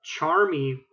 Charmy